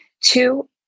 Two